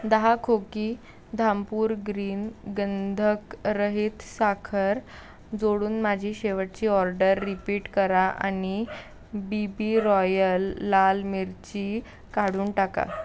दहा खोकी धामपूर ग्रीन गंधकरहित साखर जोडून माझी शेवटची ऑर्डर रिपीट करा आणि बी बी रॉयल लाल मिरची काढून टाका